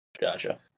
Gotcha